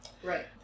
Right